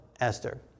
Esther